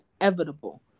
inevitable